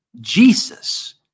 Jesus